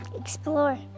explore